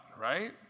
right